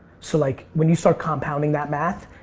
so like when you start compounding that math,